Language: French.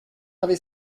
avait